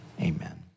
Amen